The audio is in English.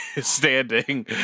standing